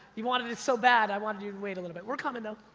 you wanted it so bad, i wanted you to wait a little bit. we're coming, though.